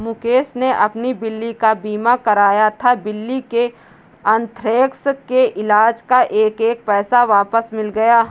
मुकेश ने अपनी बिल्ली का बीमा कराया था, बिल्ली के अन्थ्रेक्स के इलाज़ का एक एक पैसा वापस मिल गया